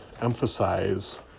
emphasize